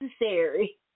necessary